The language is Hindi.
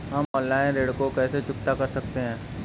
हम ऑनलाइन ऋण को कैसे चुकता कर सकते हैं?